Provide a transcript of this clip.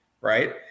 right